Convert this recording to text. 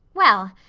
well,